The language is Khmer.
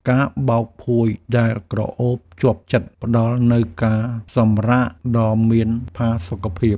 ការបោកភួយដែលក្រអូបជាប់ចិត្ត ផ្តល់នូវការសម្រាកដ៏មានផាសុកភាព។